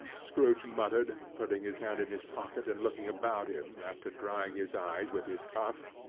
scrooge muttered, putting his hand in his pocket, and looking about him, after drying his eyes with his cuff